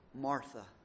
Martha